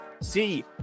See